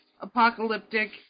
apocalyptic